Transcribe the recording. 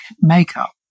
makeup